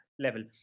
level